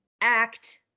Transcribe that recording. act